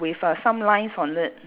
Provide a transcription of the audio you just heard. with uh some lines on it